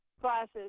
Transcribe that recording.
classes